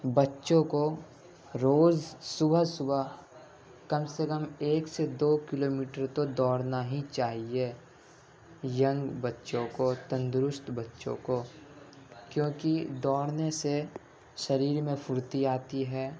بچوں کو روز صبح صبح کم سے کم ایک سے دو کلو میٹر تو دوڑنا ہی چاہیے ینگ بچوں کو تندرست بچوں کو کیونکہ دوڑنے سے شریر میں پھرتی آتی ہے